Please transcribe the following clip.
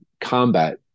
combat